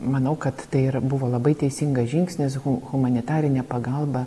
manau kad tai ir buvo labai teisingas žingsnis hu humanitarinė pagalba